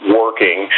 working